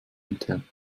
enthält